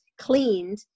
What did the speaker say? cleaned